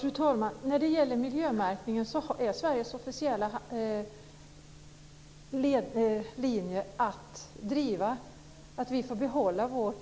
Fru talman! När det gäller miljömärkningen är Sveriges officiella linje att driva att vi får behålla våra